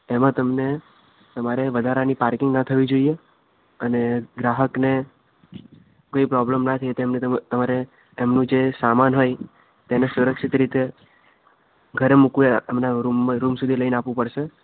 એમા તમને તમારે વધારાની પાર્કિંગ ના થવી જોઈએ અને ગ્રાહકને કોઈ પ્રોબ્લેમ ના થાય તેમને તમારે તેમનું જે સમાન હોય તેને સુરક્ષિત રીતે ઘરે મૂકવી એમના રૂમમ રુમ સુધી લઈને આપવું પડશે